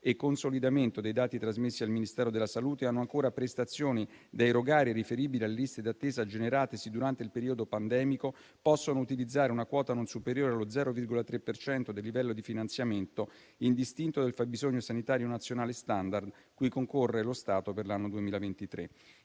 consolidamento dei dati trasmessi al Ministero della salute, hanno ancora prestazioni da erogare riferibili alle liste d'attesa generatesi durante il periodo pandemico possono utilizzare una quota non superiore allo 0,3 per cento del livello di finanziamento indistinto del fabbisogno sanitario nazionale *standard* cui concorre lo Stato per l'anno 2023.